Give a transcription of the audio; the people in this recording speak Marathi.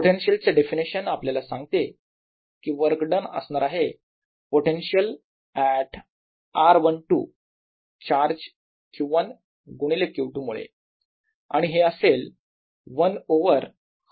पोटेन्शियल चे डेफिनेशन आपल्याला सांगते कि वर्क डन असणार आहे potential at r 12 charge Q1 गुणिले Q2 मुळे आणि हे असेल 1 ओवर